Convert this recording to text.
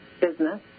business